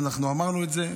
ואנחנו אמרנו את זה,